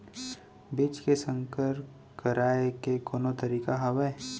बीज के संकर कराय के कोनो तरीका हावय?